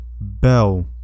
bell